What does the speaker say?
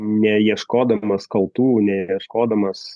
neieškodamas kaltų neieškodamas